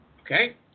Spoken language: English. Okay